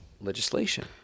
legislation